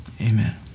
Amen